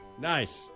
nice